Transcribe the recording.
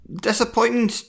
Disappointing